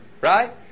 right